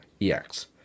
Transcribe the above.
EX